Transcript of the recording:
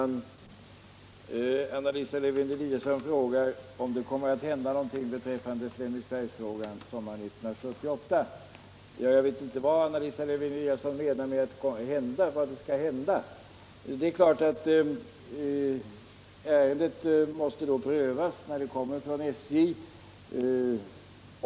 Herr talman! Anna Lisa Lewén-Eliasson frågar om det kommer att hända någonting i Flemingsbergsfrågan sommaren 1978. Jag vet inte riktigt vad Anna Lisa Lewén-Eliasson menar med uttrycket ”kommer att hända”. När ärendet kommer från SJ måste det prövas.